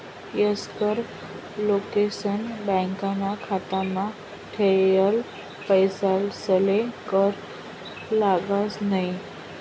वयस्कर लोकेसले बॅकाना खातामा ठेयेल पैसासले कर लागस न्हयी